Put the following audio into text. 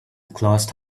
closed